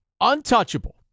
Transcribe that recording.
untouchable